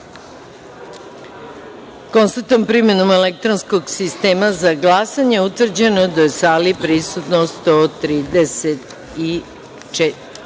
da je primenom elektronskog sistema za glasanje utvrđeno da je u sali prisutno 135